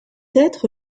être